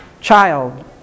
child